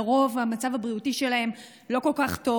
לרוב המצב הבריאותי שלהם לא כל כך טוב,